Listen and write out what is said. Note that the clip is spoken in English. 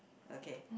okay